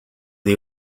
the